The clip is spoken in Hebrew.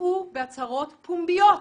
יצאו בהצהרות פומביות